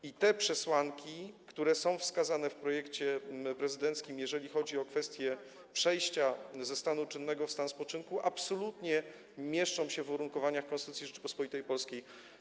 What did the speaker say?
I te przesłanki, które są wskazane w projekcie prezydenckim, jeżeli chodzi o kwestie przejścia ze stanu czynnego w stan spoczynku, absolutnie mieszczą się w uwarunkowaniach Konstytucji Rzeczypospolitej Polskiej.